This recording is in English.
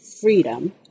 Freedom